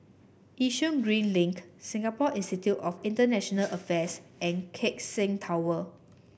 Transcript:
Yishun Green Link Singapore Institute of International Affairs and Keck Seng Tower